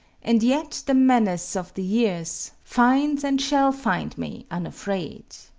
and yet the menace of the years finds and shall find me unafraid.